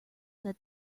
that